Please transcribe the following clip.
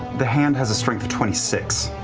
the hand has a strength of twenty six.